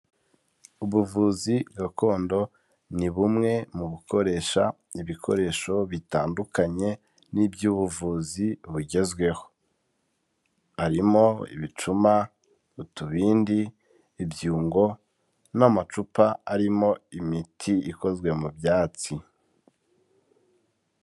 Ubuvuzi gakondo ni bumwe mu bukoresha ibikoresho bitandukanye n'iby'ubuvuzi bugezweho, harimo ibicuma, utubindi, ibyungo n'amacupa arimo imiti ikozwe mu byatsi.